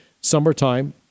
summertime